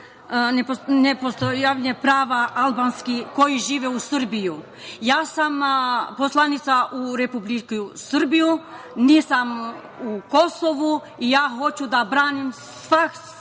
nepostojanje prava albanskih koji žive u Srbiji? Ja sam poslanica u Republici Srbiji, nisam u Kosovu i hoću da branim svako svoje